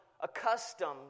accustomed